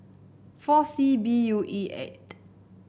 four C B U E eight